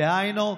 דהיינו,